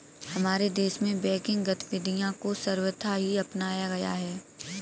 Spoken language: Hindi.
हमारे देश में बैंकिंग गतिविधियां को सर्वथा ही अपनाया गया है